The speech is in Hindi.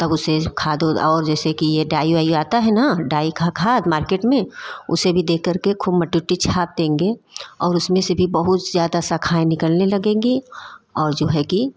उसे खाद और एसे डाई वाई आता है ना डाई का खाद मार्केट में उसे भी दे करके मट्टी वट्टी छाप देंगे और उसमें से भी बहुत ज़्यादा शाखाएँ निकलने लगेंगी और जो है कि